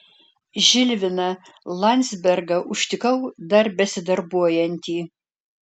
žilviną landzbergą užtikau dar besidarbuojantį